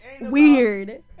weird